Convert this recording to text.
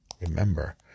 Remember